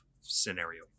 scenario